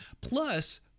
Plus